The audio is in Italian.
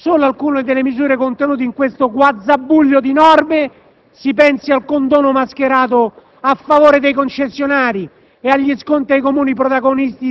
Per commentare solo alcune delle misure contenute in questo guazzabuglio di norme, si pensi al condono mascherato a favore dei concessionari